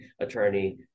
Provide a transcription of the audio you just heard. attorney